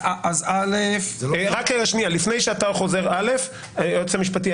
היועץ המשפטי,